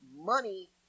money